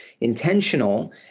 intentional